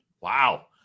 wow